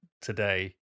today